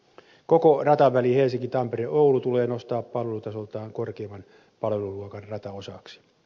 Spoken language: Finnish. koko rataväli helsinkitampereoulu tulee nostaa palvelutasoltaan korkeimman palveluluokan rata osaksi